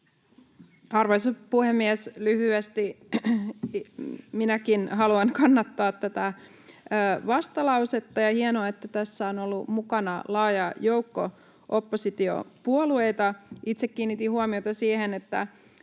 Arvoisa puhemies! Lyhyesti: minäkin haluan kannattaa tätä vastalausetta, ja on hienoa, että tässä on ollut mukana laaja joukko oppositiopuolueita. Itse kiinnitin huomiota siihen, että